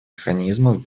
механизмов